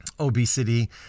obesity